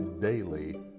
daily